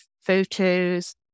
photos